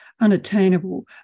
unattainable